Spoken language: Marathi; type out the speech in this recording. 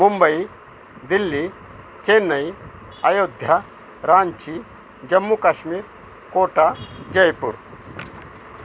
मुंबई दिल्ली चेन्नई अयोध्या रांची जम्मू काश्मीर कोटा जयपूर